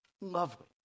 Lovely